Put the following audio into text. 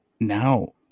now